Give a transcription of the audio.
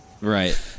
Right